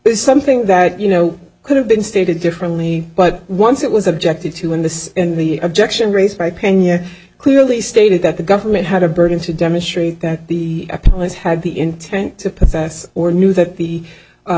is something that you know could have been stated differently but once it was objected to in the in the objection raised by penya clearly stated that the government had a burden to demonstrate that the police had the intent to possess or knew that the